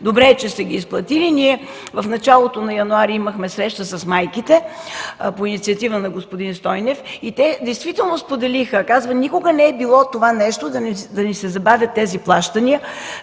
добре е, че сте ги изплатили. Ние в началото на януари имахме среща с майките, по инициатива на господин Стойнев, и те действително споделиха: „Никога не е било това нещо, да ни се забавят тези плащания”.